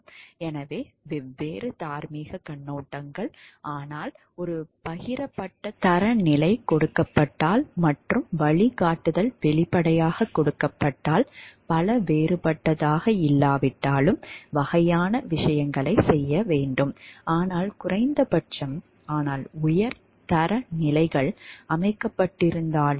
எனவே வெவ்வேறு தார்மீகக் கண்ணோட்டங்கள் ஆனால் ஒரு பகிரப்பட்ட தரநிலை கொடுக்கப்பட்டால் மற்றும் வழிகாட்டுதல் வெளிப்படையாக கொடுக்கப்பட்டால் பல வேறுபட்டதாக இல்லாவிட்டாலும் வகையான விஷயங்களைச் செய்ய வேண்டும் ஆனால் குறைந்தபட்சம் ஆனால் உயர் தரநிலைகள் அமைக்கப்பட்டிருந்தாலும் கூட